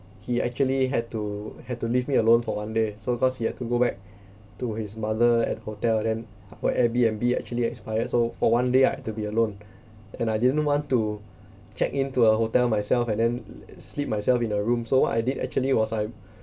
he actually had to had to leave me alone for one day so cause he had to go back to his mother at hotel then our airbnb actually expired so for one day I had to be alone and I didn't want to check-in to a hotel myself and then sleep myself in a room so I did actually was I